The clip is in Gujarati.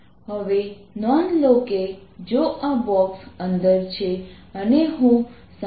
હવે નોંધ લો કે જો આ બોક્સ અંદર છે અને હું M